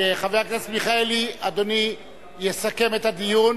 חבר הכנסת מיכאלי, אדוני יסכם את הדיון,